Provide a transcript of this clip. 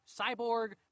cyborg